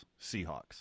Seahawks